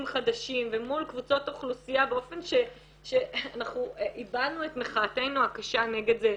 חדשים ומול קבוצות אוכלוסייה באופן שאנחנו הבענו את מחאתנו הקשה נגד זה.